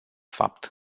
fapt